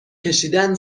کشیدن